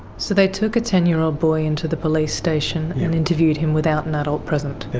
so they took a ten year old boy into the police station and interviewed him without an adult present?